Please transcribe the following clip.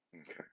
Okay